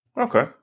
Okay